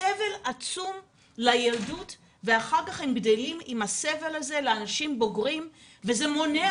סבל עצום לילדות ואחר כך הם גדלים עם הסבל הזה לאנשים בוגרים וזה מונע